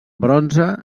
bronze